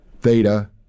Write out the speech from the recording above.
theta